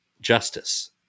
justice